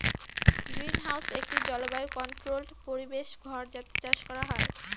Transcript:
greenhouse একটি জলবায়ু controlled পরিবেশ ঘর যাতে চাষ করা হয়